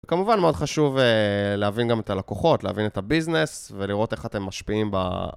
כמובן מאוד חשוב להבין גם את הלקוחות, להבין את הביזנס ולראות איך אתם משפיעים ב...